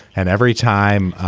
and every time.